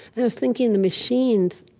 and i was thinking the machines